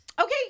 Okay